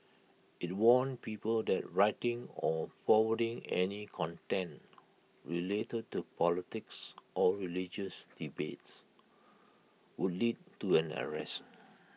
IT warned people that writing or forwarding any content related to politics or religious debates would lead to an arrest